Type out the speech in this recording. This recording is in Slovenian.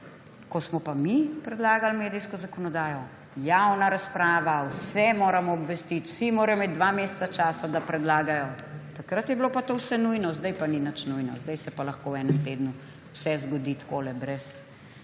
Ko smo pa mi predlagali medijsko zakonodajo, javna razprava, vse moramo obvestiti, vsi morajo imeti dva meseca časa, da predlagajo. Takrat je bilo pa to vse nujno, sedaj pa ni nič nujno. Sedaj se pa lahko v enem tednu vse zgodi takole brez